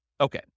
Okay